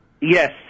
Yes